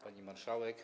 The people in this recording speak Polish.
Pani Marszałek!